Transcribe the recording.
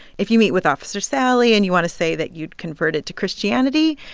if you meet with officer sally and you want to say that you'd converted to christianity,